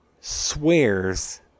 swears